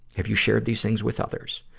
have you shared these things with others?